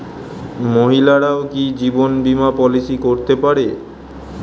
মহিলারাও কি জীবন বীমা পলিসি করতে পারে?